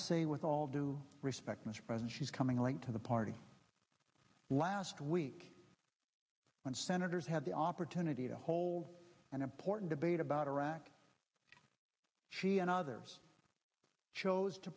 say with all due respect mr present she's coming late to the party last week when senators had the opportunity to hold an important debate about iraq she and others chose to